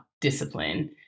discipline